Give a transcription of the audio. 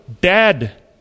dead